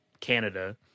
canada